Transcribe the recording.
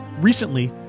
Recently